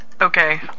Okay